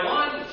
one